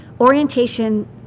orientation